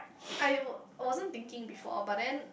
I wa~ wasn't thinking before but then